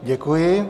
Děkuji.